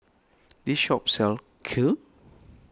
this shop sells Kheer